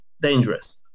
dangerous